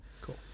Cool